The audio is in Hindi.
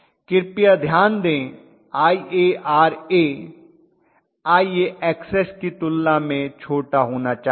कृपया ध्यान दें IaRa IaXs की तुलना में छोटा होना चाहिए